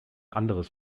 anderes